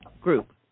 group